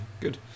Good